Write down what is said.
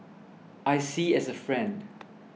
I see as a friend